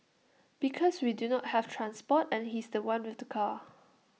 because we do not have transport and he's The One with the car